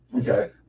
Okay